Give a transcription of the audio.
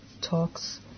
talks